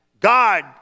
God